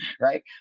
Right